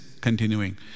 continuing